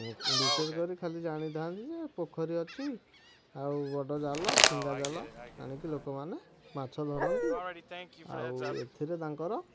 ବିଶେଷ କରି ଖାଲି ଜାଣିଥାଆନ୍ତି ଯେ ପୋଖରୀ ଅଛି ଆଉ ବଡ଼ ଜାଲ ଫିଙ୍ଗା ଜାଲ ଆଣିକି ଲୋକମାନେ ମାଛ ଧରନ୍ତି ଆଉ ଏଥିରେ ତାଙ୍କର